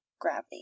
gravity